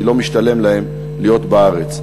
כי לא משתלם להם להיות בארץ.